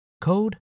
code